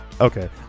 Okay